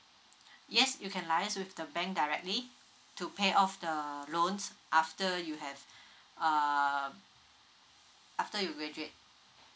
yes you can liaise with the bank directly to pay off the loans after you have uh after you graduate